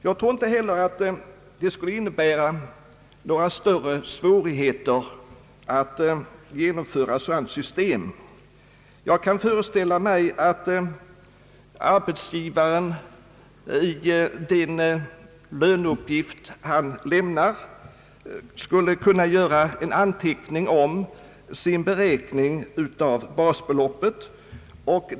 Jag tror inte heller att det skulle innebära några större svårigheter att genomföra ett sådant system. Jag kan föreställa mig att arbetsgivaren i den löneuppgift han lämnar skulle kunna göra en anteckning om hur han beräknat basbeloppsavdraget.